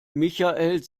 michael